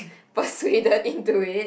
persuaded into it